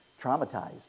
traumatized